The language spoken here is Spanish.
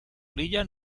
orilla